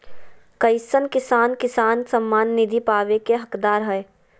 कईसन किसान किसान सम्मान निधि पावे के हकदार हय?